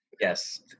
yes